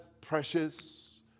precious